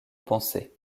pensée